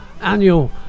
annual